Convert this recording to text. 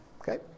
Okay